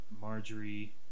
Marjorie